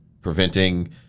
preventing